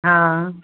हा